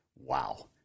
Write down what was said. Wow